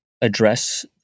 address